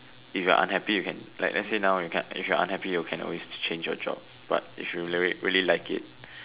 if you're unhappy you can like let's say now you can if you're unhappy you can always change your job but if you like really like it